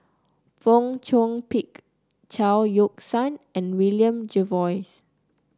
Fong Chong Pik Chao Yoke San and William Jervois